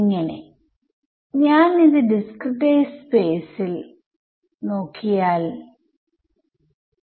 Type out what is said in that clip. ഇപ്പോൾ നമ്മൾ ഈ ഇക്വേഷനുകൾ ഡിസ്ക്രിടൈസ് ചെയ്യാൻ തുടങ്ങിയാൽ നിങ്ങൾ എന്ത് ചെയ്യും